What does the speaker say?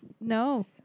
no